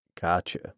Gotcha